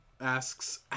asks